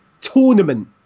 tournament